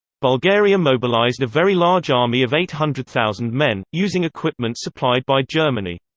bulgaria mobilized a very large army of eight hundred thousand men, using equipment supplied by germany.